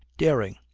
dering,